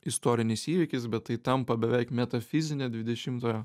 istorinis įvykis bet tai tampa beveik metafizine dvidešimtojo